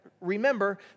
remember